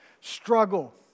struggle